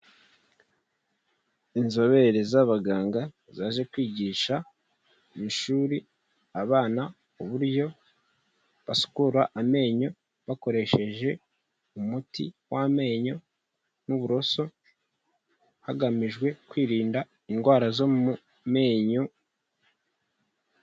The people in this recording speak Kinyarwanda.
Inzobere z'abaganga zaje kwigisha mu ishuri abana uburyo basukura amenyo bakoresheje umuti w'amenyo n'uburoso, hagamijwe kwirinda indwara zo mu menyo.